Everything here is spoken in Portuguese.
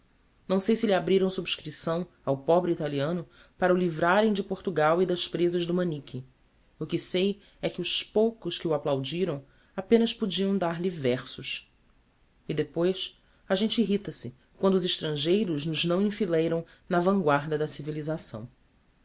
não sei se lhe abriram subscripção ao pobre italiano para o livrarem de portugal e das presas do manique o que sei é que os poucos que o applaudiram apenas podiam dar-lhe versos e depois a gente irrita se quando os estrangeiros nos não enfileiram na vanguarda da civilisação